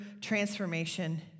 transformation